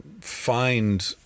find